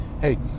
Hey